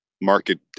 market